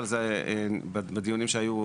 אבל זה בדיונים שהיו,